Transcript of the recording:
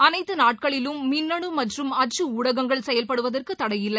அனைத்துநாட்களிலும் மின்னணுமற்றும் அச்சுஊடகங்கள் செயல்படுவதற்குதடையில்லை